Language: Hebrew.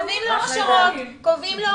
הוועדות האלה